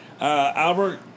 Albert